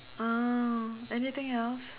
oh anything else